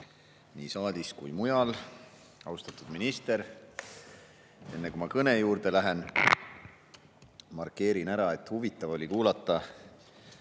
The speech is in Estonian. nii saalis kui ka mujal! Austatud minister! Enne kui ma kõne juurde lähen, markeerin ära, et huvitav oli kuulata,